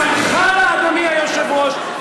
צמחה לה, אדוני היושב-ראש,